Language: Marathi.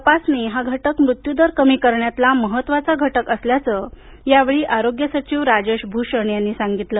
तपासणी हा घटक मृत्यूदर कमी करण्यातला महत्त्वाचा घटक असल्याचं या वेळी आरोग्य सचिव राजेश भूषण यांनी सांगितलं